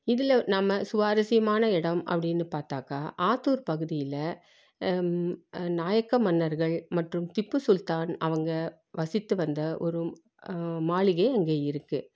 இதில் நம்ம சுவாரசியமான இடம் அப்படினு பார்த்தாக்கா ஆத்தூர் பகுதியில் நாயக்கமன்னர்கள் மற்றும் திப்பு சுல்தான் அவங்க வசித்து வந்த ஒரு மாளிகை அங்கே இருக்குது